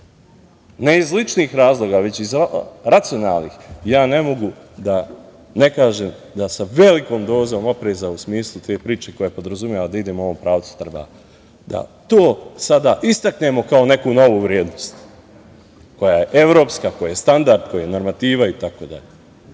Ne iz ličnih razloga, već i racionalnih ne mogu da ne kažem da sa velikom dozom opreza u smislu te priče koja podrazumeva da idemo u ovom pravcu, treba da to sada istaknemo kao neku novu vrednost koja je evropska, koja je standard, koja je normativa